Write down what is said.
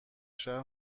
شهر